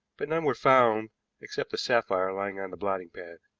but none were found except the sapphire lying on the blotting-pad.